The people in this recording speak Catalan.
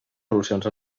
solucions